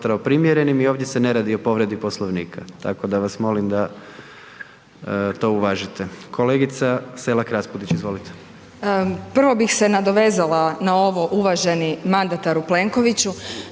Prvo bih se nadovezala na ovo uvaženi mandataru Plenkoviću,